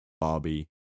Bobby